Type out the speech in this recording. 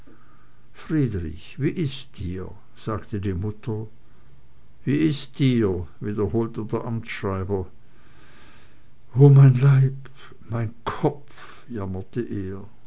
friedrich wie ist dir sagte die mutter wie ist dir wiederholte der amtsschreiber o mein leib mein kopf jammerte er